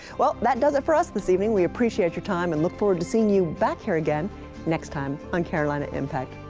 well, that does it for us this evening. we appreciate your time and look forward to seeing you back here again next time on carolina impact.